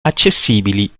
accessibili